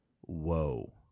whoa